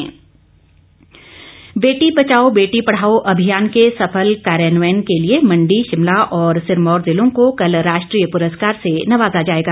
पुरस्कार बेटी बचाओ बेटी पढ़ाओ अभियान के सफल कार्यान्वयन के लिए मंडी शिमला और सिरमौर ज़िलों को कल राष्ट्रीय प्रस्कार से नवाजा जाएगा